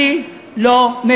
אם לא מחריגים, תגיד אם לא מחריגים.